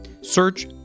Search